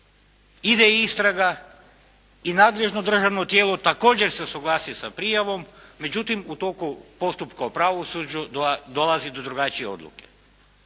Ide istraga i nadležno državno tijelo se također usuglasi sa prijavom. Međutim, u toku postupka u pravosuđu dolazi do drugačije odluke.